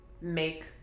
Make